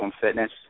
Fitness